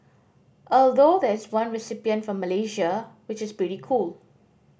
although there is one recipient from Malaysia which is pretty cool